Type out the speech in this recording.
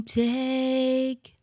take